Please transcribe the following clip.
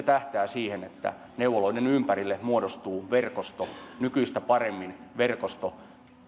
tähtää siihen että neuvoloiden ympärille muodostuu verkosto nykyistä paremmin verkosto